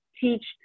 teach